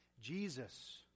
Jesus